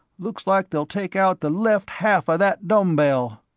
looks like they'll take out the left half a that dumbbell.